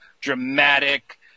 dramatic